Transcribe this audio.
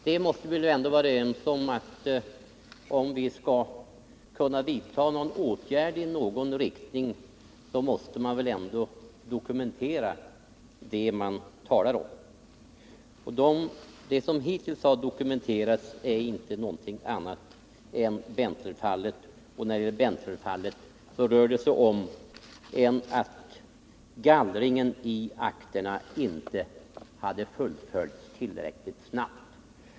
Vi måste väl ändå vara överens om att om man skall kunna vidta någon åtgärd i någon riktning måste man kunna dokumentera det man talar om. Det som hittills har dokumenterats är inte något annat än Berntlerfallet, och där rör det sig inte om något annat än att gallringen i akterna inte hade fullföljts tillräckligt snabbt.